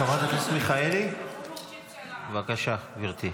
חברת הכנסת מיכאלי, בבקשה, גברתי.